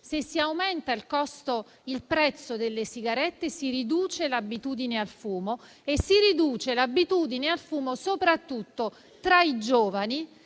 Se si aumenta il prezzo delle sigarette, si riduce l'abitudine al fumo e questo vale soprattutto tra i giovani